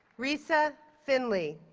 rhesa findley,